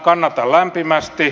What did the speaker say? kannatan lämpimästi